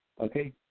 okay